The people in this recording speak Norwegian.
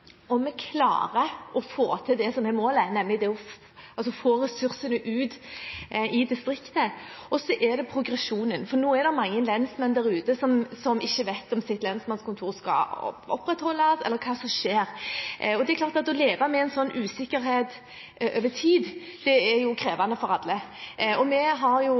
vi klarer å få til det som er målet, nemlig å få ressursene ut i distriktene. Og så er det progresjonen. For nå er det mange lensmenn der ute som ikke vet om deres lensmannskontor skal opprettholdes, eller hva som skjer. Det er klart at å leve med en sånn usikkerhet over tid er krevende for alle. Stortinget har lagt opp til en ganske omfattende prosess, og